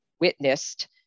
witnessed